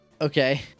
Okay